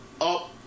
up